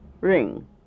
ring